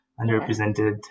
underrepresented